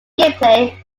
gameplay